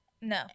no